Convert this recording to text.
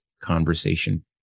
conversation